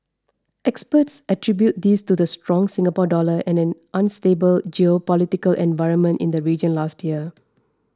experts attribute this to the strong Singapore Dollar and an unstable geopolitical environment in the region last year